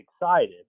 excited